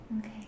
Okay